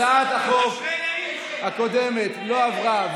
הצעת החוק הקודמת לא עברה.